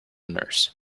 nurse